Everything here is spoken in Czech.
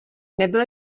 nebyl